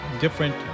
different